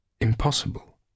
impossible